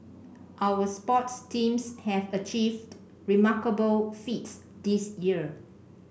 our sports teams have achieved remarkable feats this year